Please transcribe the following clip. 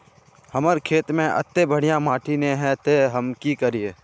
हमर खेत में अत्ते बढ़िया माटी ने है ते हम की करिए?